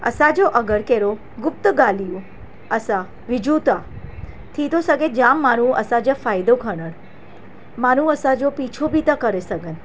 असांजो अगरि कहिड़ो गुप्त ॻाल्हियूं असां विझूं था थी थो सघे जाम माण्हूं असांजा फ़ाइदो खणनि माण्हूं असांजा पीछो बि था करे सघनि